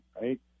right